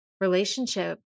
relationship